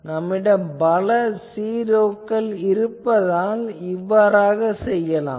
நம்மிடம் பல ஜீரோக்கள் இருப்பதால் இவ்வாறாக செய்யலாம்